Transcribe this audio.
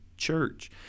church